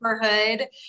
neighborhood